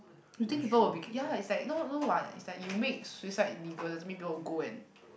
you think people will be ya it's like no no what it's like you make suicide legal doesn't mean people will go and